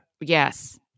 yes